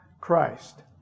Christ